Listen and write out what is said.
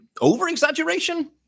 over-exaggeration